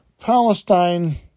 Palestine